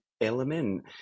element